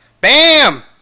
BAM